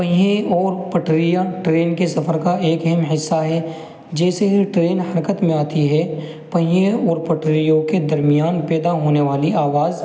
پہیے اور پٹریاں ٹرین کے سفر کا ایک اہم حصہ ہے جیسے ہی ٹرین حرکت میں آتی ہے پہیے اور پٹریوں کے درمیان پیدا ہونے والی آواز